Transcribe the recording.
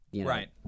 Right